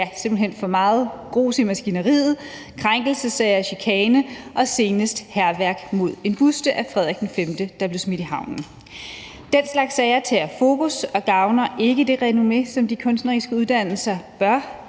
simpelt hen for meget grus i maskineriet: Krænkelsessager, chikane og senest hærværk mod en buste af Frederik V, der blev smidt i havnen. Den slags sager tager fokus og gavner ikke det renommé, som de kunstneriske uddannelser bør